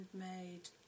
handmade